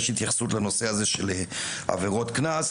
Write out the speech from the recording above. יש התייחסות לנושא של עבירות קנס.